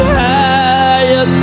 higher